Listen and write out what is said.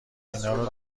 اینارو